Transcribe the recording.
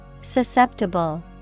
Susceptible